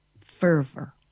fervor